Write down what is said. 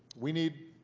we need